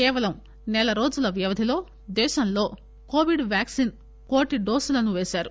కేవలం సెల రోజుల వ్యవధిలో దేశంలో కోవిడ్ వ్యాక్సిన్ కోటి డోసులను పేశారు